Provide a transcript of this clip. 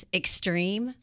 extreme